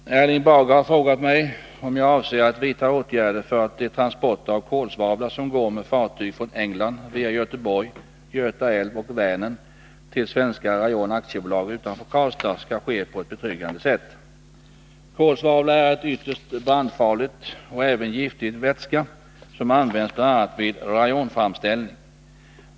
Herr talman! Erling Bager har frågat mig om jag avser att vidta åtgärder för att de transporter av kolsvavla, som går med fartyg från England via Göteborg, Göta älv och Vänern till Svenska Rayon AB utanför Karlstad, skall ske på ett betryggande sätt. Kolsvavla är en ytterst brandfarlig och även giftig vätska, som används bl.a. vid rayonframställning.